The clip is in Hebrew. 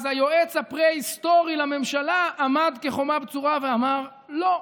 היועץ הפרה-היסטורי לממשלה עמד כחומה בצורה ואמר: לא,